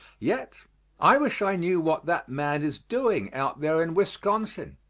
yet i wish i knew what that man is doing out there in wisconsin.